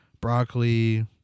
broccoli